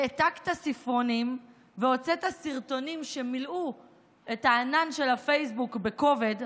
העתקת ספרונים והוצאת סרטונים שמילאו את הענן של פייסבוק בכובד,